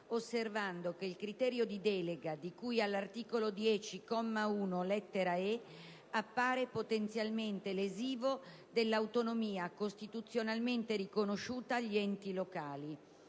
osservando che il criterio di delega, di cui all'articolo 10, comma 1, lettera *e)*, appare potenzialmente lesivo dell'autonomia costituzionalmente riconosciuta agli enti locali.